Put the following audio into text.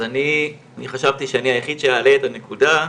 אני חשבתי שאני היחיד שאעלה את הנקודה,